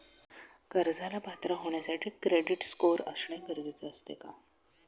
कर्जाला पात्र होण्यासाठी क्रेडिट स्कोअर असणे गरजेचे असते का?